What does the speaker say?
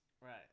Right